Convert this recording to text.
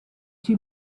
too